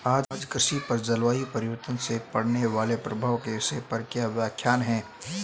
आज कृषि पर जलवायु परिवर्तन से पड़ने वाले प्रभाव के विषय पर व्याख्यान है